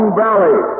valley